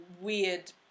weird